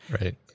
Right